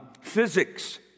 physics